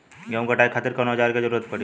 गेहूं के कटाई खातिर कौन औजार के जरूरत परी?